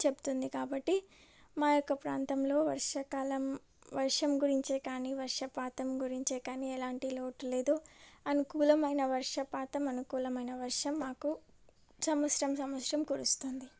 చెప్తుంది కాబట్టి మా యొక్క ప్రాంతంలో వర్షాకాలం వర్షం గురించే కానీ వర్షపాతం గురించే కానీ ఎలాంటి లోటు లేదు అనుకూలమైన వర్షపాతం అనుకూలమైన వర్షం మాకు సంవత్సరం సంవత్సరం కురుస్తుంది